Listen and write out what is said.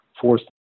forced